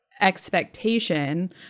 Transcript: expectation